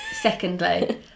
Secondly